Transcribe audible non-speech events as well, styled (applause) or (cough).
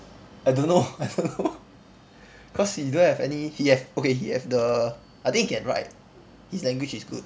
I don't know I don't know (laughs) cause he don't have any he have okay he have the I think he can write his language is good